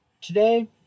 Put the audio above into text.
Today